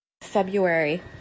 February